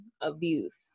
abuse